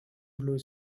blue